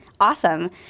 Awesome